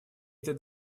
этой